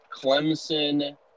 Clemson